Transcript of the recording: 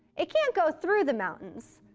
it can't go through the mountains,